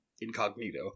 incognito